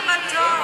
יפה מאוד.